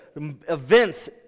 events